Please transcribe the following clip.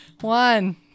one